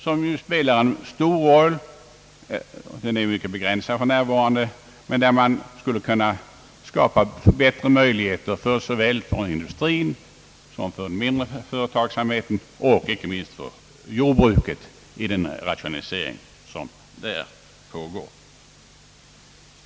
För närvarande är möjligheterna till sådana avskrivningar mycket begränsade, men jag anser att man där skulle kunna skapa bättre möjligheter såväl för industrin som för den mindre företagsamheten och inte minst för jordbruket med tanke på den rationalisering som pågår.